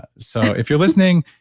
so, if you're listening,